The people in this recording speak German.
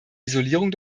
isolierung